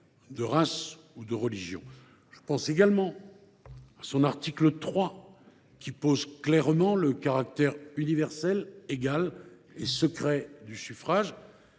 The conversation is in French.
Je pense également à son article 3, qui pose clairement le caractère « universel, égal et secret » du suffrage,